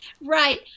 Right